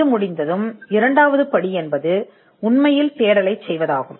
இது முடிந்ததும் இரண்டாவது படி உண்மையில் தேடலைச் செய்யவேண்டும்